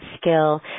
skill